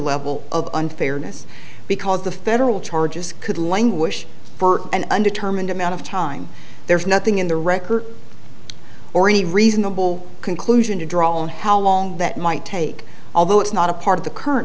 level of unfairness because the federal charges could languish for an undetermined amount of time there's nothing in the wrecker or any reasonable conclusion to draw on how long that might take although it's not a part of the current